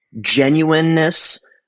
genuineness